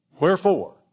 Wherefore